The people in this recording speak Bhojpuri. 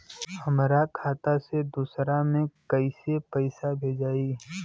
हमरा खाता से दूसरा में कैसे पैसा भेजाई?